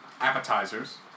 appetizers